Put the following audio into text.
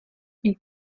une